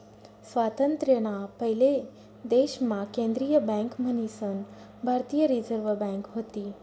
स्वातंत्र्य ना पयले देश मा केंद्रीय बँक मन्हीसन भारतीय रिझर्व बँक व्हती